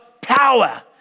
power